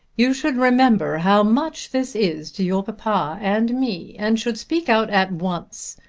you should remember how much this is to your papa and me and should speak out at once.